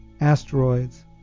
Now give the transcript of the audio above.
asteroids